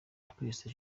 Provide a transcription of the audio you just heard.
twese